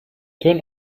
turn